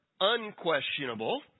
unquestionable